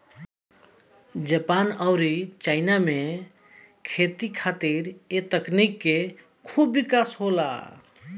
Japan अउरी China में खेती खातिर ए तकनीक से खूब विकास होला